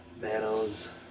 manos